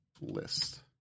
list